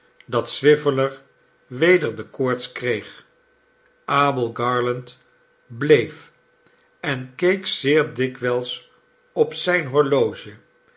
dat swiveller weder de koorts kreeg abel garland bleef en keek zeer dikwijls op zijn horloge